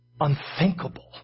unthinkable